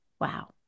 wow